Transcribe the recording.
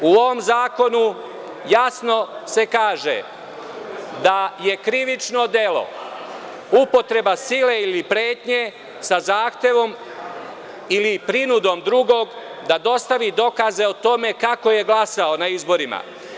U ovom zakonu jasno se kaže da je krivično delo upotreba sile ili pretnje sa zahtevom ili prinudom drugog da dostavi dokaze o tome kako je glasao na izborima.